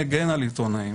מגן על עיתונאים